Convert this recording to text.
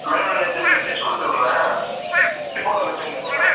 இந்தமாதிரி நான் நேற்று ப்ளட் டெஸ்ட் கொடுத்துருந்தேன் ரிப்போர்ட் வந்துடுச்சிங்களா மேடம்